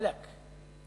וואלכ,